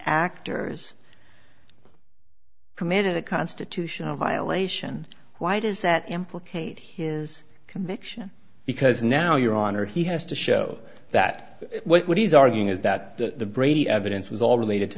actors commanded a constitutional violation why does that implicate his conviction because now your honor he has to show that what he's arguing is that the brady evidence was all related to